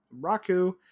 Raku